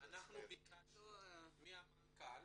אנחנו ביקשנו מהמנכ"ל